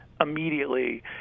immediately